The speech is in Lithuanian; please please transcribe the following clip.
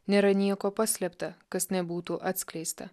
nėra nieko paslėpta kas nebūtų atskleista